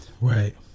right